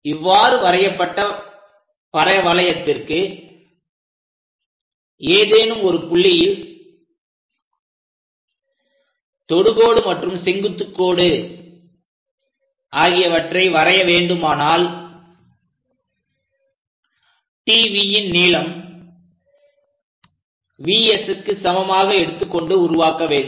இவ்வாறு வரையப்பட்ட பரவளையத்திற்கு ஏதேனும் ஒரு புள்ளியில் தொடுகோடு மற்றும் செங்குத்து கோடு ஆகியவற்றை வரைய வேண்டுமானால் TVன் நீளம் VS க்கு சமமாக எடுத்துக் கொண்டு உருவாக்க வேண்டும்